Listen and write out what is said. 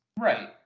Right